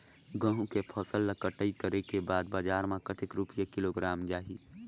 गंहू के फसल ला कटाई करे के बाद बजार मा कतेक रुपिया किलोग्राम जाही?